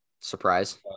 Surprise